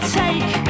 take